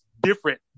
different